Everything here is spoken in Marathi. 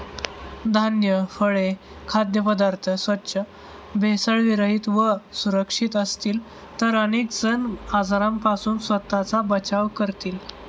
धान्य, फळे, खाद्यपदार्थ स्वच्छ, भेसळविरहित व सुरक्षित असतील तर अनेक जण आजारांपासून स्वतःचा बचाव करतील